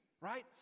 Right